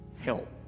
help